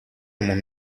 mon